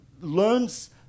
learns